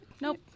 nope